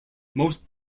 most